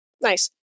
Nice